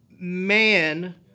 man